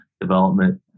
development